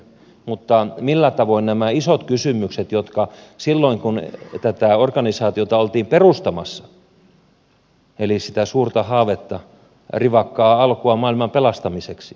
mutta näistä isoista kysymyksistä silloin kun tätä organisaatiota oltiin perustamassa eli sitä suurta haavetta rivakkaa alkua maailman pelastamiseksi